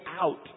out